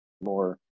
more